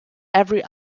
every